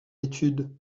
étude